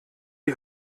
die